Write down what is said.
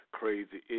crazy